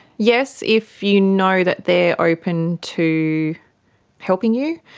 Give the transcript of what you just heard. yes, if you know that they are open to helping you.